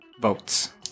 votes